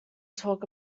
talk